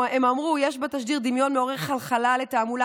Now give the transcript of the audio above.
הם אמרו: יש בתשדיר דמיון מעורר חלחלה לתעמולה